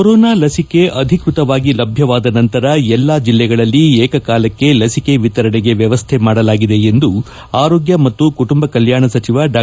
corona ಲಸಿಕೆ ಅಧಿಕೃತವಾಗಿ ಲಭ್ಯವಾದ ನಂತರ ಎಲ್ಲಾ ಜಿಲ್ಲೆಗಳಲ್ಲಿ ಏಕಕಾಲಕ್ಷೆ ಲಸಿಕೆ ವಿತರಣೆಗೆ ವ್ಯವಸ್ಥೆ ಮಾಡಲಾಗಿದೆ ಎಂದು ಆರೋಗ್ಯ ಮತ್ತು ಕುಟುಂಬ ಕಲ್ನಾಣ ಸಚಿವ ಡಾ